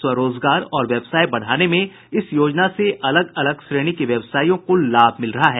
स्वरोजगार और व्यवसाय बढाने में इस योजना से अलग अलग श्रेणी के व्यवसायियों को लाभ मिल रहा है